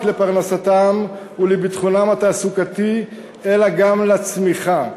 לפרנסתם ולביטחונם התעסוקתי של בעליהם אלא גם לצמיחה.